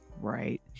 Right